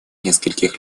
нескольких